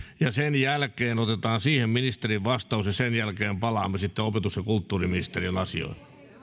sen jälkeen otetaan siihen ministerin vastaus ja sen jälkeen palaamme opetus ja kulttuuriministeriön asioihin